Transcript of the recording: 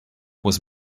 was